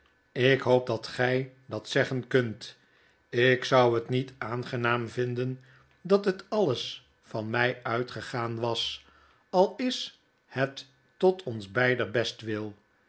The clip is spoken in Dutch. ik hoop dat gy dat zeggen kunt ik zou het niet aangenaam vinden dat het alles van my uitgegaan was al is het tot ons beider bestwil